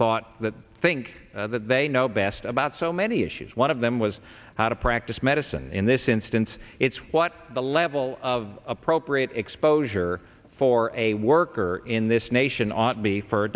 thought that think they know best about so many issues one of them was how to practice medicine in this instance it's what the level of appropriate exposure for a worker in this nation on be for